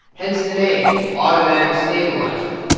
hence the name automatic stabilizer.